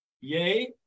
Yay